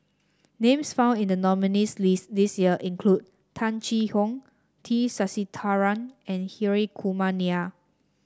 names found in the nominees' list this year include Tung Chye Hong T Sasitharan and Hri Kumar Nair